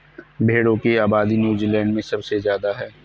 भेड़ों की आबादी नूज़ीलैण्ड में सबसे ज्यादा है